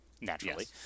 naturally